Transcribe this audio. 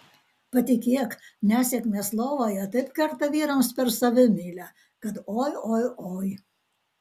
patikėk nesėkmės lovoje taip kerta vyrams per savimeilę kad oi oi oi